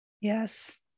Yes